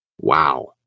Wow